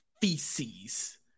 feces